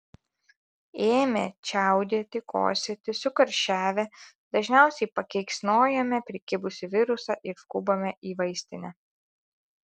ėmę čiaudėti kosėti sukarščiavę dažniausiai pakeiksnojame prikibusį virusą ir skubame į vaistinę